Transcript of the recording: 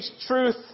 truth